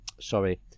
sorry